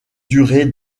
durée